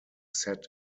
set